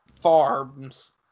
Farms